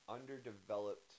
underdeveloped